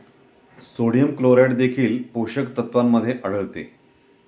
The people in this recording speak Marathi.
सोडियम क्लोराईड देखील पोषक तत्वांमध्ये आढळते